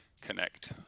connect